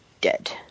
dead